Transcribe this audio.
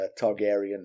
Targaryen